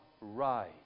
right